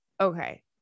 Okay